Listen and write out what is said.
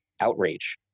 outrage